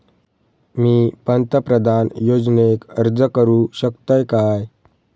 मी पंतप्रधान योजनेक अर्ज करू शकतय काय?